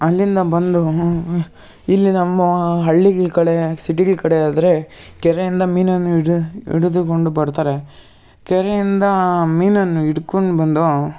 ಅಲ್ಲಿಂದ ಬಂದು ಇಲ್ಲಿ ನಮ್ಮ ಹಳ್ಳಿಗಳು ಕಡೆ ಸಿಟಿಗಳ ಕಡೆ ಆದರೆ ಕೆರೆ ಇಂದ ಮೀನನ್ನು ಹಿಡಿದುಕೊಂಡು ಬರ್ತಾರೆ ಕೆರೆಯಿಂದ ಮೀನನ್ನು ಹಿಡ್ಕೊಂಡು ಬಂದು